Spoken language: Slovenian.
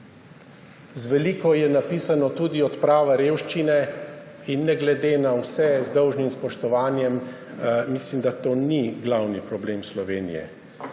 Z veliko je napisana tudi odprava revščine. Ne glede na vse z dolžnim spoštovanjem mislim, da to ni glavni problem Slovenije.